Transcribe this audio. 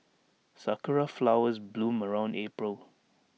Sakura Flowers bloom around April